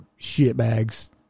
shitbags